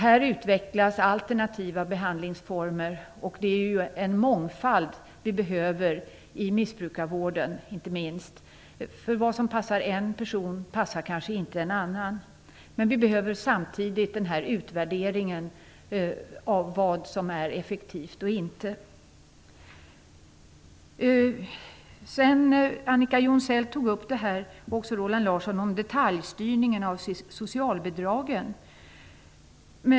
Här utvecklas alternativa behandlingsformer, och det är en mångfald vi behöver i missbrukarvården. Vad som passar en person passar kanske inte en annan. Men vi behöver samtidigt utvärderingen av vad som är effektivt och vad som inte är det. Annika Jonsell, liksom Roland Larsson, tog upp detta med detaljstyrning av socialbidragen.